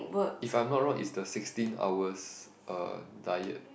if I'm not wrong is the sixteen hours uh diet